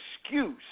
excuse